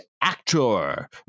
Actor